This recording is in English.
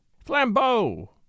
Flambeau